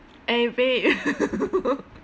eh babe